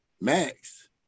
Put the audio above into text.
Max